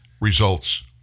results